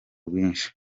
rwinshi